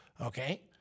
okay